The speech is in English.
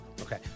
Okay